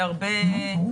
ברור.